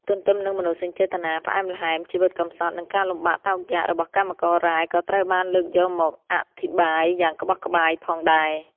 ទន្ទឹមនឹងមនោសញ្ចេតនាផ្អែមល្ហែម ជីវិតកំសត់ និងការលំបាកតោកយ៉ាករបស់កម្មកររ៉ែក៏ត្រូវបានលើកយកមកអធិប្បាយយ៉ាងក្បោះក្បាយផងដែរ។